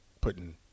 putting –